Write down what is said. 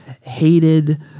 hated